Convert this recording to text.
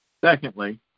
Secondly